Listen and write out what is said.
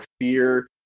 fear